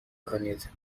کنید